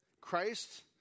Christ